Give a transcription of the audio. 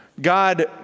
God